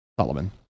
Solomon